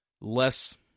less